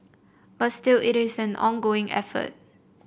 but still it is an ongoing effort